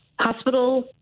hospital